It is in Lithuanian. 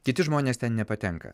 kiti žmonės ten nepatenka